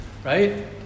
Right